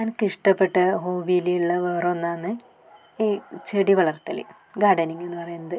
എനിക്ക് ഇഷ്ടപ്പെട്ട ഹോബിയിലുള്ള വേറെ ഒന്നാന്ന് ഈ ചെടി വളർത്തൽ ഗാർഡനിങ് എന്ന് പറയുന്നത്